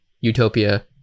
utopia